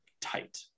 tight